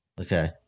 Okay